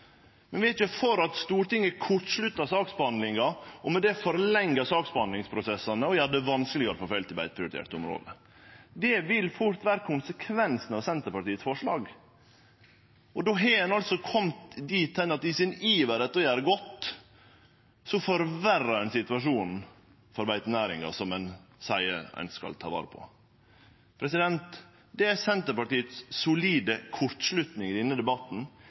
Men vi er ikkje for at Stortinget kortsluttar saksbehandlinga og med det gjer saksbehandlingsprosessane lenger og gjer det vanskelegare å få felt i beiteprioriterte område. Det vil fort vere konsekvensen av Senterpartiets forslag, og då er ein altså komen dit at ein i iveren sin etter å gjere godt forverrar situasjonen for den beitenæringa som ein seier ein skal ta vare på. Det er Senterpartiets solide kortslutning i denne debatten,